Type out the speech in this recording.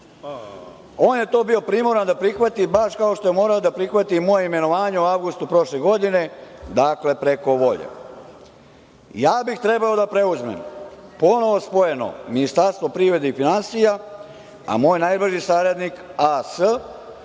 On je to bio primoran da prihvati, baš kao što je morao da prihvati i moje imenovanje u avgustu prošle godine, dakle, preko volje. Ja bih trebao da preuzmem ponovo spojeno Ministarstvo privrede i finansija, a moj najbolji saradnik A.S.